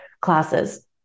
classes